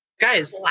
Guys